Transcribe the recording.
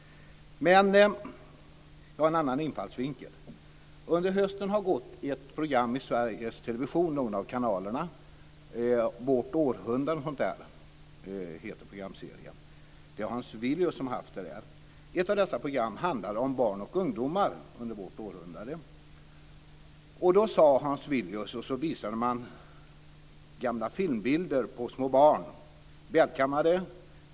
Jag har en annan infallsvinkel. Under hösten har det gått en programserie - Vårt århundrade, eller något sådant - med Hans Villius i någon av kanalerna på Sveriges television. Ett av programmen handlade om barn och ungdomar under vårt århundrade. Man visade gamla filmbilder på små välkammade barn.